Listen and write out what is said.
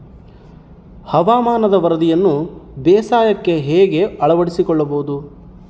ಹವಾಮಾನದ ವರದಿಯನ್ನು ಬೇಸಾಯಕ್ಕೆ ಹೇಗೆ ಅಳವಡಿಸಿಕೊಳ್ಳಬಹುದು?